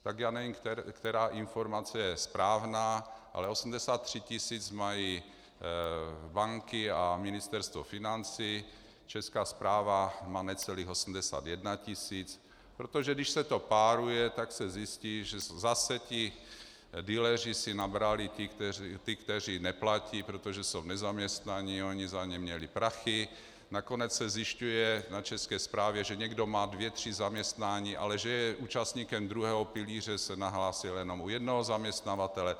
Tak já nevím, která informace je správná, ale 83 tisíc mají banky, Ministerstvo financí, Česká správa má necelých 81 tisíc, protože když se to páruje, tak se zjistí, že zase ti dealeři si nabrali ty, kteří neplatí, protože jsou nezaměstnaní, oni za ně měli prachy, nakonec se zjišťuje na České správě, že někdo má dvě tři zaměstnání, ale že je účastníkem druhého pilíře, se nahlásil jenom u jednoho zaměstnavatele.